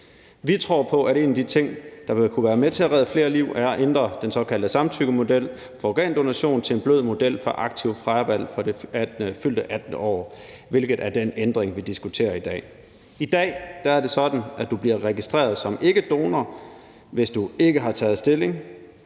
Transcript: Vi tror på, at en af de ting, der vil kunne være med til at redde flere liv, er at ændre den såkaldte samtykkemodel for organdonation til en blød model med aktivt fravalg fra det fyldte 18. år, hvilket er den ændring, vi diskuterer i dag. I dag er det sådan, at du bliver registreret som ikkedonor, hvis du ikke har taget stilling.